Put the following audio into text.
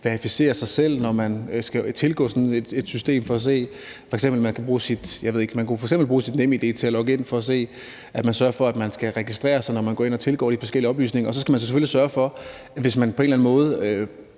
verificere sig selv, når man skal tilgå sådan et system. Det kunne f.eks. være, at man skulle bruge sit NemID til at logge ind, så man altså sørger for, at man skal registrere sig, når man går ind og tilgår de forskellige oplysninger. Og hvis man så på en eller anden måde